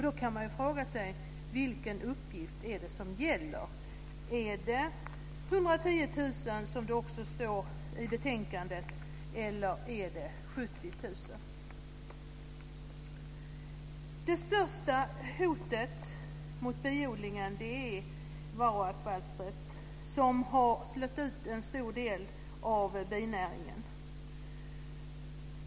Då kan man fråga sig vilken uppgift det är som gäller. Är det 110 000, som det också står i betänkandet, eller är det 70 000? Det största hotet mot biodlingen är varroakvalstret, som har slagit ut en stor del av binäringen.